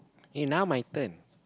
eh now my turn